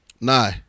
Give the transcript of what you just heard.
Nah